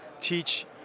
teach